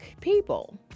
People